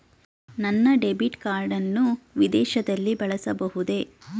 ನನ್ನ debit card ಅನ್ನು ವಿದೇಶದಲ್ಲಿ ಬಳಸಬಹುದೇ?